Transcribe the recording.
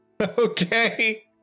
Okay